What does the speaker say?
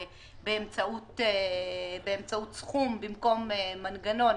באמצעות סכום במקום מנגנון,